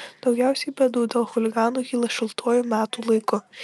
daugiausiai bėdų dėl chuliganų kyla šiltuoju metų laiku